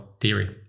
theory